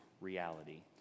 reality